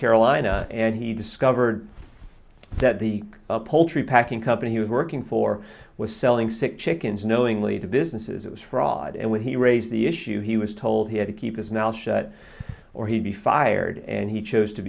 carolina and he discovered that the poultry packing company he was working for was selling sick chickens knowingly to businesses it was fraud and when he raised the issue he was told he had to keep his mouth shut or he'd be fired and he chose to